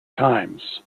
times